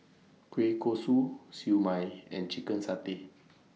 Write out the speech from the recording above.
Kueh Kosui Siew Mai and Chicken Satay